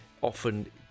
often